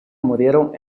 murieron